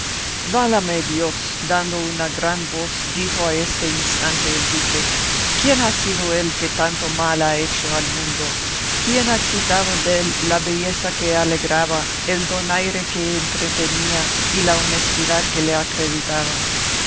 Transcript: válame dios dando una gran voz dijo a este instante el duque quién ha sido el que tanto mal ha hecho al mundo quién ha quitado dél la belleza que le alegraba el donaire que le entretenía y la honestidad que le acreditaba